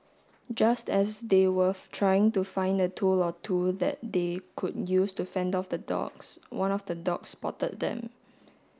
just as they were trying to find a tool or two that they could use to fend off the dogs one of the dogs spotted them